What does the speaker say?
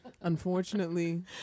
Unfortunately